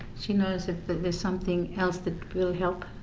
she knows that there's something else that will help